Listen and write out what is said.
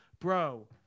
bro